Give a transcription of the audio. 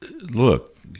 Look